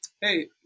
hey